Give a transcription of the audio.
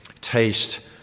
taste